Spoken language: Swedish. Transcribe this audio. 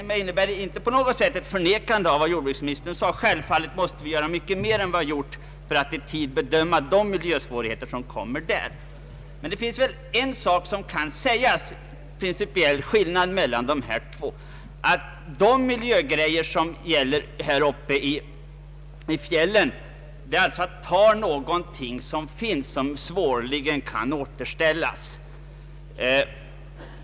Detta innebär inte på något sätt ett förnekande av vad jordbruksministern sade. Självfallet måste vi göra mycket mer än vad vi gjort för att i tid bedöma miljöproblemen kring kärnkraftoch oljekraftverk. Men man kan tala om en principiell skillnad. I fjällen betyder ingrepp i fråga om miljön att man offrar något som svårligen kan återställas.